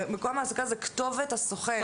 מקום ההעסקה זה כתובת הסוכן.